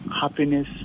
happiness